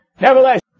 nevertheless